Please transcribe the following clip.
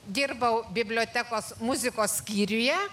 dirbau bibliotekos muzikos skyriuje